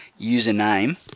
username